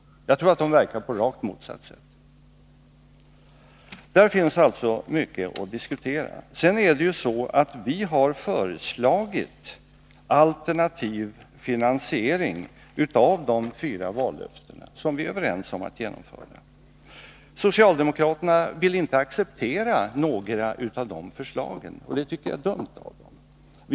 Jag tror att de verkar i motsatt riktning. Här finns alltså mycket att diskutera. Vi har vidare föreslagit en alternativ finansiering av de fyra vallöftena, som vi är överens med socialdemokraterna om att genomföra. Men socialdemokraterna vill inte acceptera våra förslag, och det tycker jag är dumt av dem.